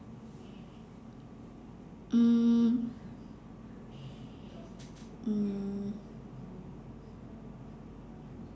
mm mm